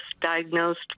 diagnosed